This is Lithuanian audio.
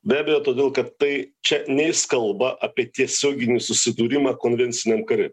be abejo todėl kad tai čia neis kalba apie tiesioginį susidūrimą konvensiniam kare